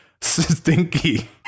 stinky